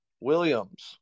Williams